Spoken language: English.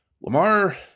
Lamar